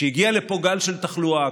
כשהגיע לפה גל של תחלואה,